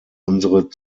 unsere